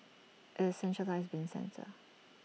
IT is A centralised bin centre